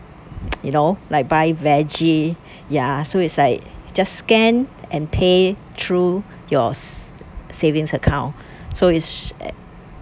you know like buy veggies ya so it's like just scan and pay through your s~savings account so it's ac~